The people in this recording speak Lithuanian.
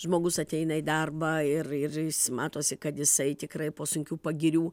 žmogus ateina į darbą ir ir jis matosi kad jisai tikrai po sunkių pagirių